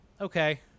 Okay